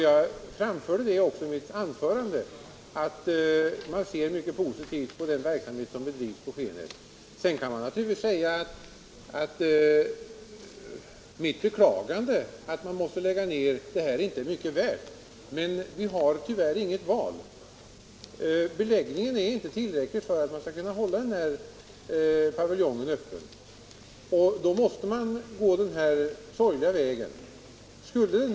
Jag framförde också i mitt anförande att man ser mycket positivt på den verksamhet som bedrivs på Skenäs. Sedan kan man naturligtvis med ett beklagande säga att man måste lägga ned och att andra uttalanden inte är mycket värda. Men vi har tyvärr inte något val. Beläggningen är inte tillräcklig för att man skall kunna hålla paviljongen öppen. Därför måste man ta det sorgliga steget.